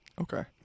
Okay